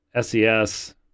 SES